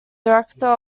director